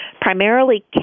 primarily